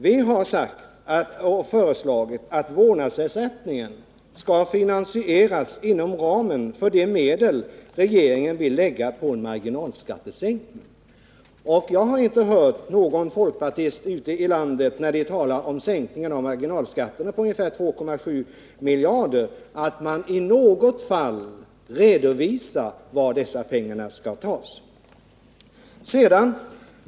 Vi har ju föreslagit att vårdnadsersättningen skall finansieras inom ramen för de medel som regeringen vill lägga på en marginalskattesänkning. Jag har däremot inte hört att någon folkpartist ute i landet, när han talar om sänkningen av marginalskatten på ungefär 2,7 miljarder, har redovisat varifrån dessa pengar skall tas.